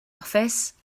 office